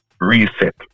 reset